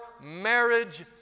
marriage